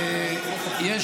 בדרך אחרת?